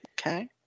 Okay